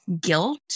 guilt